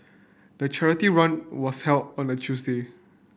the charity run was held on a Tuesday